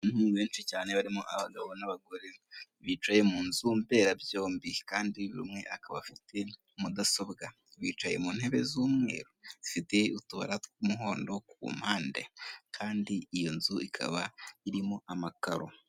Abantu benshi cyane barimo abagabo n'abagore bicaye mu nzu mberabyombi kandi buri umwe akaba afite mudasobwa, bicaye mu ntebe z'umweru zifite utubara tw'umuhondo ku mpande kandi iyo nzu ikaba irimo amakaro.